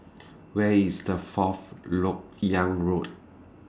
Where IS The Fourth Lok Yang Road